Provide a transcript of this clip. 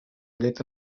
llet